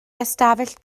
ystafell